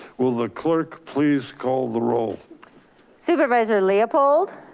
will the clerk please call the roll supervisor leopold.